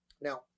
Now